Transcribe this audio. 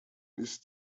ist